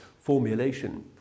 formulation